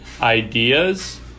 ideas